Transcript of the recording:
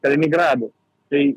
kaliningradu tai